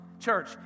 Church